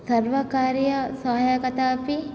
सर्वकारीयसहायकतापि